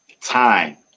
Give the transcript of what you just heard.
time